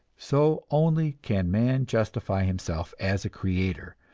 so only can man justify himself as a creator,